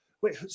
wait